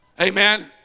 Amen